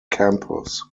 campus